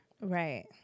Right